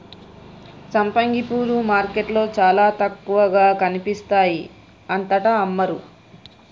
సంపంగి పూలు మార్కెట్లో చాల తక్కువగా కనిపిస్తాయి అంతటా అమ్మరు